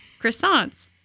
Croissants